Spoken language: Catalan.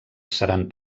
seran